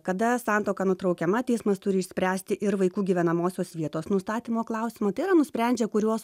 kada santuoka nutraukiama teismas turi išspręsti ir vaikų gyvenamosios vietos nustatymo klausimą tai yra nusprendžia kuriuos